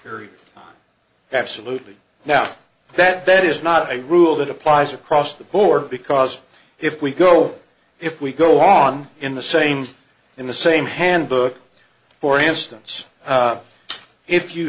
are absolutely now that that is not a rule that applies across the board because if we go if we go on in the same in the same handbook for instance if you